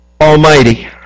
Almighty